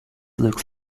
looks